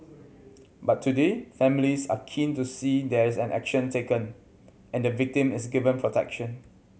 but today families are keen to see there is an action taken and the victim is given protection